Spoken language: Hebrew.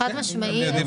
חד משמעי.